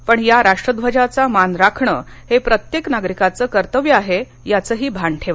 पण या राष्ट्रध्वजाचा मान राखणं हे प्रत्येक नागरिकाचं कर्तव्य आहे याचं भान ठेवा